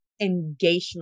engagement